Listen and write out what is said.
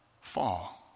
fall